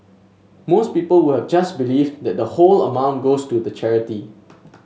most people would have just believed that the whole amount goes to the charity